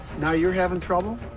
now you're having trouble?